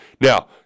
Now